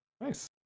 Nice